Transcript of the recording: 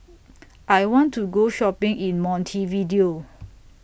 I want to Go Shopping in Montevideo